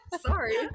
Sorry